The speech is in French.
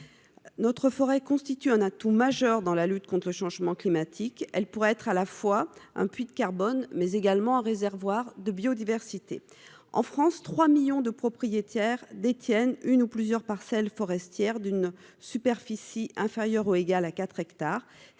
Or elle constitue un atout majeur dans la lutte contre ce changement climatique, car elle est à la fois un puits de carbone et un réservoir de biodiversité. En France, trois millions de propriétaires détiennent une ou plusieurs parcelles forestières d'une superficie inférieure ou égale à 4 hectares.